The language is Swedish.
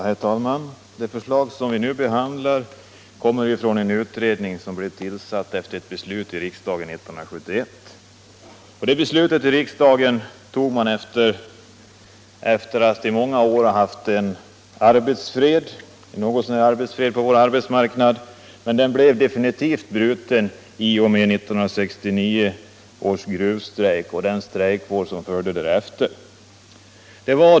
Herr talman! Det förslag vi nu behandlar kommer från en utredning som blev tillsatt efter beslut i riksdagen 1971. När det beslutet fattades av riksdagen hade vi i många år haft arbetsfred på vår arbetsmarknad, som blev definitivt bruten i och med 1969 års gruvstrejk och den strejkvåg som följde därefter.